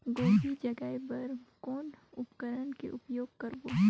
गोभी जगाय बर कौन उपकरण के उपयोग करबो?